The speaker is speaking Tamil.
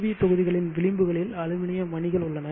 வி தொகுதிகளின் விளிம்புகளில் அலுமினிய மணிகள் உள்ளன